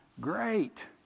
great